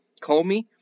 Comey